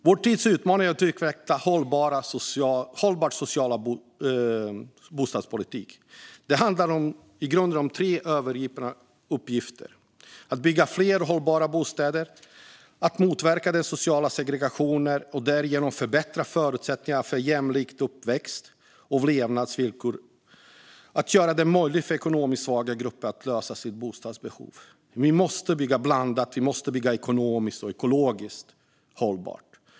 Vår tids utmaning är att utveckla en hållbar social bostadspolitik. Det handlar i grunden om tre övergripande uppgifter: att bygga fler och hållbara bostäder, att motverka den sociala segregationen och därigenom förbättra förutsättningarna för jämlika uppväxt och levnadsvillkor samt att göra det möjligt för ekonomiskt svaga grupper att lösa sitt bostadsbehov. Vi måste bygga blandat. Vi måste också bygga ekonomiskt och ekologiskt hållbart.